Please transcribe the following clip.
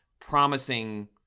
promising –